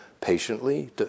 patiently